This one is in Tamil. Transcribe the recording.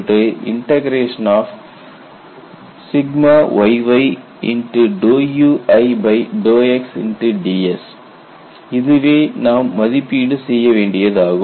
J yy uixds இதுவே நாம் மதிப்பீடு செய்யப்பட வேண்டியதாகும்